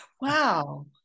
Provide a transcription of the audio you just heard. Wow